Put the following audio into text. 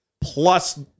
plus